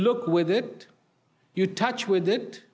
look with it you touch with it